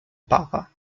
papa